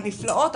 הנפלאות,